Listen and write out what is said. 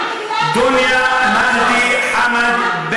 דוניה מהדי חאמד,